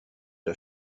der